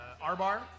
Arbar